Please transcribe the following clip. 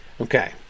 Okay